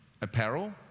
apparel